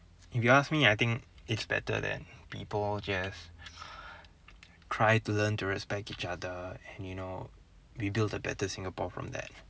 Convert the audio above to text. if you ask me I think it's better that people just try to learn to respect each other and you know we build a better Singapore from that